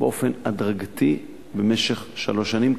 באופן הדרגתי במשך שלוש שנים,